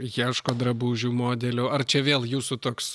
ieško drabužių modelių ar čia vėl jūsų toks